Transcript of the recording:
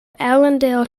allendale